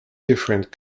different